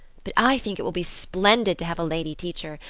but i think it will be splendid to have a lady teacher,